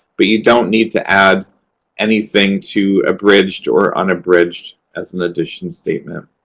but you don't need to add anything to abridged or unabridged as an edition statement.